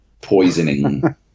Poisoning